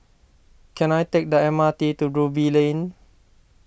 can I take the M R T to Ruby Lane